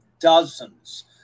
dozens